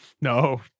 No